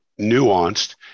nuanced